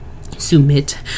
Submit